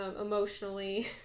emotionally